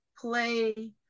play